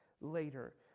later